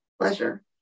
pleasure